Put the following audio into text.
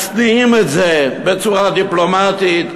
מצביעים על זה בצורה דיפלומטית,